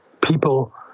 people